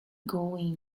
going